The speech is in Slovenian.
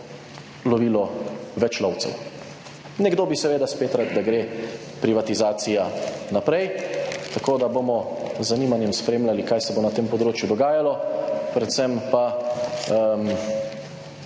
lovilo več lovcev. Nekdo bi seveda spet rad, da gre privatizacija naprej, tako da bomo z zanimanjem spremljali kaj se bo na tem področju dogajalo, predvsem pa,